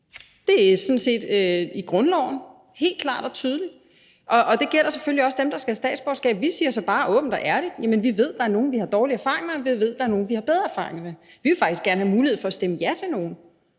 Det står sådan set helt klart og tydeligt i grundloven. Det gælder selvfølgelig også i forhold til dem, der skal have statsborgerskab. Vi siger så bare åbent og ærligt: Vi ved, at der er nogle, vi har dårlige erfaringer med, og vi ved, at der er nogle, vi har bedre erfaringer med. Vi vil faktisk gerne have mulighed for at stemme ja til nogle.